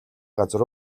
газар